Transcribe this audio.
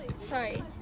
Sorry